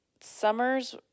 Summers